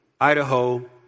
Idaho